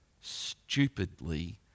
stupidly